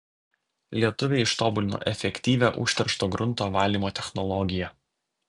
lietuviai ištobulino efektyvią užteršto grunto valymo technologiją